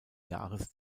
jahres